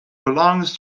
belongs